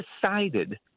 decided –